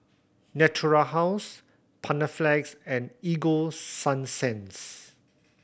Natura House Panaflex and Ego Sunsense